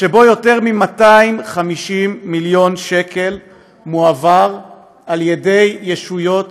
שבו יותר מ-250 מיליון שקל מועברים על ידי ישויות